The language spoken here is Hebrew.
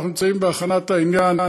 אנחנו נמצאים בהכנת העניין.